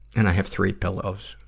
and i have three pillows.